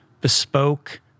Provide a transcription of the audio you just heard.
bespoke